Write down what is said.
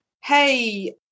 Hey